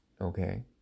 Okay